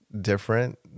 different